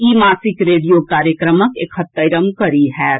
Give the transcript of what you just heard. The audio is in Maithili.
ई मासिक रेडियो कार्यक्रमक एकहत्तरिम कड़ी होयत